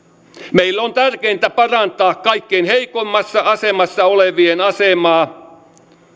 meille on tärkeintä parantaa kaikkein heikoimmassa asemassa olevien asemaa